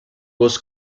was